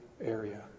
area